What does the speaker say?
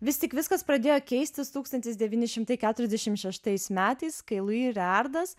vis tik viskas pradėjo keistis tūkstantis devyni šimtai keturiasdešim šeštais metais kai luji reardas